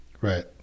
right